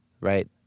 Right